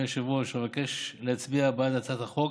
אדוני היושב-ראש, אבקש להצביע בעד הצעת החוק